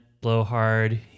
blowhard